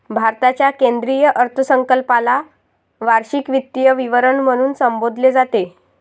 भारताच्या केंद्रीय अर्थसंकल्पाला वार्षिक वित्तीय विवरण म्हणून संबोधले जाते